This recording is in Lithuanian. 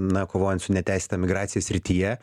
na kovojant su neteisėta migracija srityje